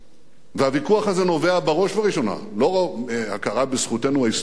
והוויכוח הזה נובע בראש ובראשונה לא מהכרה בזכותנו ההיסטורית על הארץ,